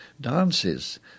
dances